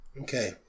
okay